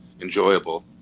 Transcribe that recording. enjoyable